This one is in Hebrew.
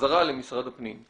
חזרה למשרד הפנים,